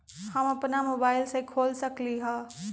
हम अपना मोबाइल से खोल सकली ह?